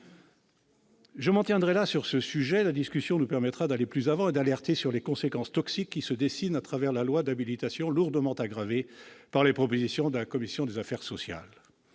Je m'en tiendrai là sur ce sujet. La discussion nous permettra d'aller plus avant et d'alerter sur les conséquences toxiques des mesures qui se dessinent au travers de ce projet de loi d'habilitation, lourdement aggravées par les propositions de la commission des affaires sociales.